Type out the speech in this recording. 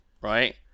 right